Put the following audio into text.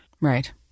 Right